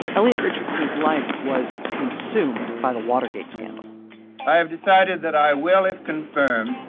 elliot richardson's life was consumed by the watergate scandal i have decided that i will, if confirmed,